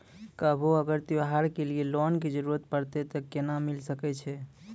कभो अगर त्योहार के लिए लोन के जरूरत परतै तऽ केना मिल सकै छै?